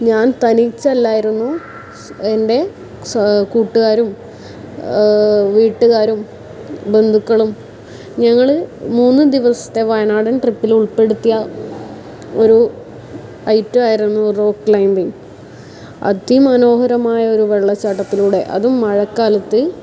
ഞാൻ തനിച്ചല്ലായിരുന്നു എൻ്റെ സ കൂട്ടുകാരും വീട്ടുകാരും ബന്ധുക്കളും ഞങ്ങൾ മൂന്ന് ദിവസത്തെ വയനാടൻ ട്രിപ്പിലുൾപ്പെടുത്തിയ ഒരു ഐറ്റം ആയിരുന്നു റോക്ക് ക്ലൈമ്പിങ് അതിമനോഹരമായ ഒരു വെള്ളച്ചാട്ടത്തിലൂടെ അതും മഴക്കാലത്ത്